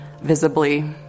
visibly